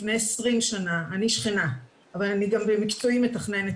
אני שכנה אבל אני גם במקצועי מתכננת